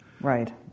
Right